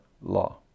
law